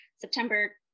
September